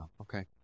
Okay